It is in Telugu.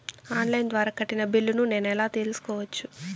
ఆన్ లైను ద్వారా కట్టిన బిల్లును నేను ఎలా తెలుసుకోవచ్చు?